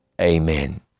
amen